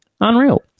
Unreal